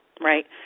right